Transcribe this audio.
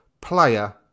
player